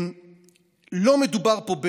לא מדובר פה,